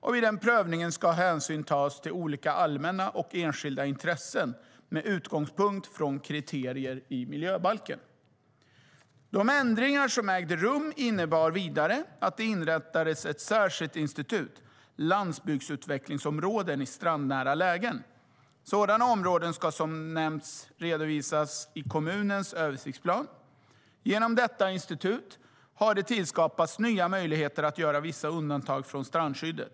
Vid den prövningen ska hänsyn tas till olika allmänna och enskilda intressen med utgångspunkt från kriterier i miljöbalken.De ändringar som genomfördes innebar vidare att särskilda regler för landsbygdsutvecklingsområden i strandnära lägen utformades. Sådana områden ska som nämnts redovisas i kommunens översiktsplan. Genom dessa regler har det skapats nya möjligheter att göra vissa undantag från strandskyddet.